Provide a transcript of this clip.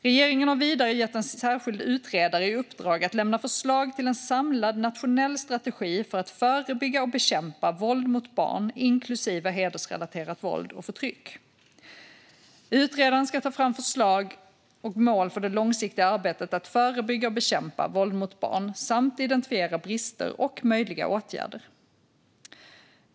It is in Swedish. Regeringen har vidare gett en särskild utredare i uppdrag att lämna förslag till en samlad nationell strategi för att förebygga och bekämpa våld mot barn, inklusive hedersrelaterat våld och förtryck. Utredaren ska ta fram förslag till mål för det långsiktiga arbetet att förebygga och bekämpa våld mot barn samt identifiera brister och möjliga åtgärder.